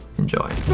enjoy.